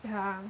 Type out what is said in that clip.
yeah